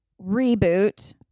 reboot